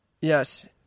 Yes